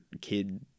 kid